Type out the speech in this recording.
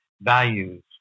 values